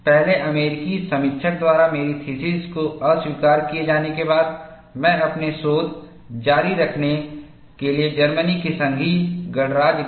पहले अमेरिकी समीक्षक द्वारा मेरी थीसिस को अस्वीकार किए जाने के बाद मैं अपना शोध जारी रखने के लिए जर्मनी के संघीय गणराज्य गया